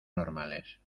normales